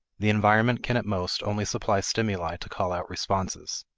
the environment can at most only supply stimuli to call out responses.